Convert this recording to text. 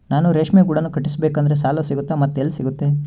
ನಾನು ರೇಷ್ಮೆ ಗೂಡನ್ನು ಕಟ್ಟಿಸ್ಬೇಕಂದ್ರೆ ಸಾಲ ಸಿಗುತ್ತಾ ಮತ್ತೆ ಎಲ್ಲಿ ಸಿಗುತ್ತೆ?